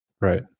Right